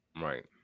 right